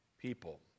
people